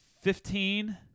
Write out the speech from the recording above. Fifteen